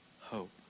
hope